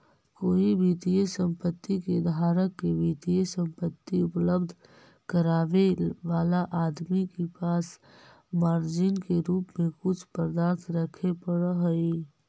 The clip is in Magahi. कोई वित्तीय संपत्ति के धारक के वित्तीय संपत्ति उपलब्ध करावे वाला आदमी के पास मार्जिन के रूप में कुछ पदार्थ रखे पड़ऽ हई